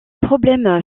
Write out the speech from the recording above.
problèmes